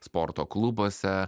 sporto klubuose